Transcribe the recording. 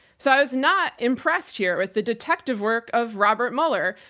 so i was not impressed here with the detective work of robert mueller,